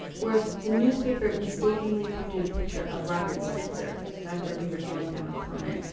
worse, the newspaper mistakenly printed a picture of robert spitzer, dr bieber's long time opponent,